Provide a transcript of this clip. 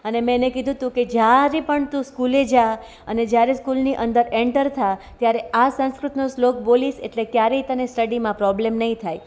અને મેં કીધું કે જ્યારે પણ તું સ્કૂલે જા અને જ્યારે સ્કૂલની અંદર એન્ટર થા ત્યારે આ સંસ્કૃતનો શ્લોક બોલીશ એટલે ક્યારેય તને સ્ટડીમાં પ્રોબ્લેમ નહીં થાય